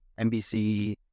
NBC